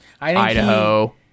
Idaho